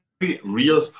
real